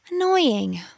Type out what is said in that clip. Annoying